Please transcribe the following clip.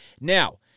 Now